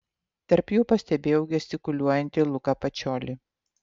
tarp jų pastebėjau gestikuliuojantį luką pačiolį